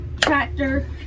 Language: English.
tractor